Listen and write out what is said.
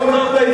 על מה אתה מדבר?